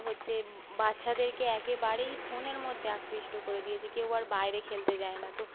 হচ্ছে বাচ্ছাদেরকে একেবারেই ফোনের মধ্যে আকৃষ্ট করে দিয়েছে কেউ আর বাইরে খেলতে যায় না তো